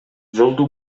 жолду